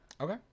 Okay